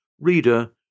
Reader